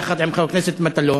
יחד עם חבר הכנסת מטלון,